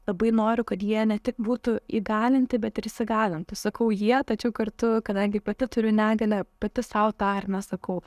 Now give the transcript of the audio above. labai noriu kad jie ne tik būtų įgalinti bet ir įsigalintų sakau jie tačiau kartu kadangi pati turiu negalią pati sau tą ar ne sakau